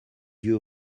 yeux